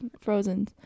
Frozen